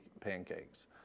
pancakes